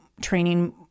training